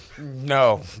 No